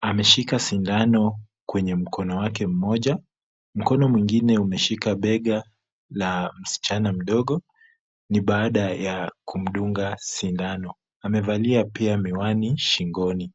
Ameshika sindano kwenye mkono wake mmoja, mkono mwingine umeshika bega la msichana mdogo, ni baada ya kumdunga sindano. Amevalia pia miwani shingoni.